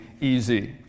easy